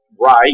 right